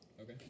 Okay